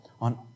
on